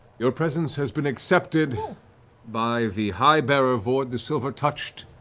your presence has been accepted by the highbearer vord, the silvertouched.